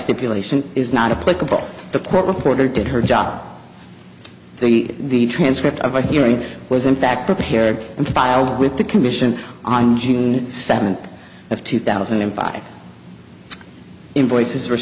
stipulation is not a political the court reporter did her job the the transcript of a hearing was in fact prepared and filed with the commission on june seventh of two thousand and five invoices